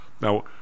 Now